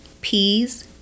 peas